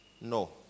No